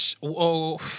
Whoa